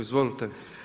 Izvolite.